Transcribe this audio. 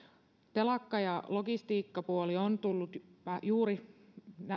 telakka ja logistiikkapuoli on juuri